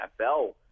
NFL